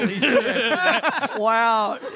Wow